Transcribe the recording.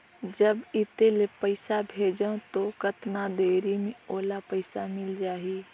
जब इत्ते ले पइसा भेजवं तो कतना देरी मे ओला पइसा मिल जाही?